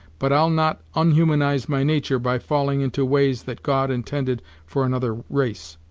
but i'll not unhumanize my natur' by falling into ways that god intended for another race.